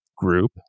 group